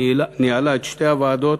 שניהלה את שתי הוועדות